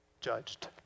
judged